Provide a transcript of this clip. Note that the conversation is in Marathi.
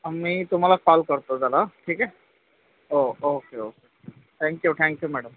मी तुम्हाला कॉल करतो जरा ठीक आहे ओ okay okay thank you thank you madam